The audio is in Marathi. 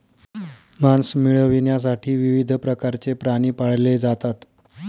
मांस मिळविण्यासाठी विविध प्रकारचे प्राणी पाळले जातात